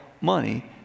money